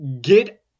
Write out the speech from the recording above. get